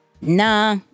Nah